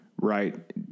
Right